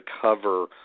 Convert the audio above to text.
cover